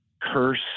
curse